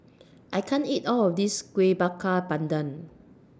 I can't eat All of This Kuih Bakar Pandan